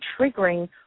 triggering